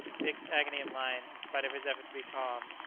dick's agony of mind, in spite of his effort to be calm,